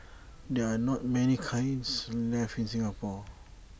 there are not many kilns left in Singapore